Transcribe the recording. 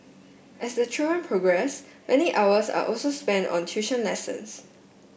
as the children progress many hours are also spent on tuition lessons